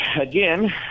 again